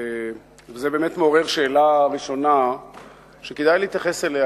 זה באמת מעורר שאלה ראשונה שכדאי להתייחס אליה,